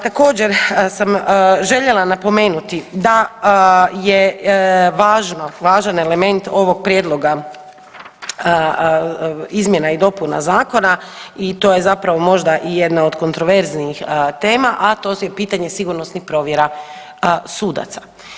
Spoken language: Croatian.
Također sam željela napomenuti da je važno, važan element ovog prijedloga izmjena i dopuna zakona i to je zapravo možda i jedna od kontroverznijih tema, a to je pitanje sigurnosnih provjera sudaca.